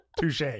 Touche